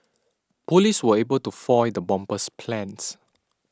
police were able to foil the bomber's plans